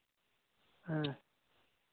ᱦᱮᱸ